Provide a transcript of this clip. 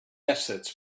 assets